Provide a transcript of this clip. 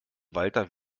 walter